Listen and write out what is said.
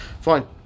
fine